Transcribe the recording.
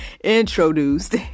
introduced